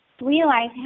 realize